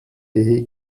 ehe